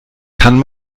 kann